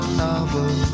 novel